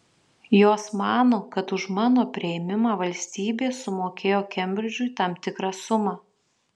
jos mano kad už mano priėmimą valstybė sumokėjo kembridžui tam tikrą sumą